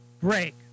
break